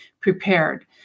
prepared